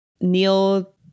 Neil